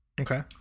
okay